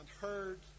heard